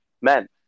men